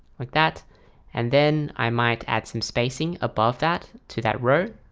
like that and then i might add some spacing above that to that row,